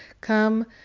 come